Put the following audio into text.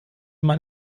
man